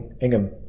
ingham